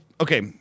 okay